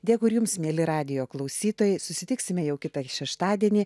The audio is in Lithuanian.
dėkui ir jums mieli radijo klausytojai susitiksime jau kitą šeštadienį